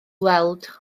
weld